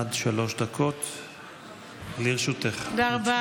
עד שלוש דקות לרשותך, גברתי.